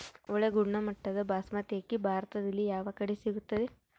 ಒಳ್ಳೆ ಗುಣಮಟ್ಟದ ಬಾಸ್ಮತಿ ಅಕ್ಕಿ ಭಾರತದಲ್ಲಿ ಯಾವ ಕಡೆ ಸಿಗುತ್ತದೆ?